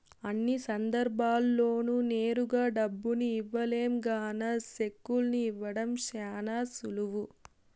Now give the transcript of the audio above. అన్ని సందర్భాల్ల్లోనూ నేరుగా దుడ్డుని ఇవ్వలేం గాన సెక్కుల్ని ఇవ్వడం శానా సులువు